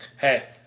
Hey